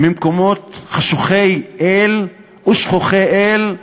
ממקומות חשוכי אל ושכוחי אל,